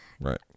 right